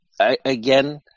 again